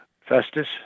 Festus